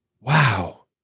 Wow